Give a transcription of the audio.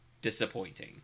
disappointing